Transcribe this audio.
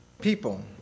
people